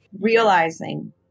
realizing